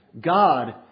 God